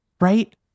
right